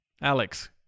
Alex